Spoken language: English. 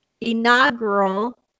inaugural